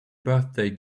birthday